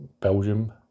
Belgium